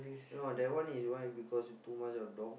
no that one is why because you too much of dog